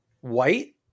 white